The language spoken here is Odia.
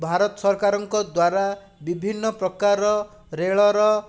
ଭାରତ ସରକାରଙ୍କ ଦ୍ଵାରା ବିଭିନ୍ନ ପ୍ରକାର ରେଳର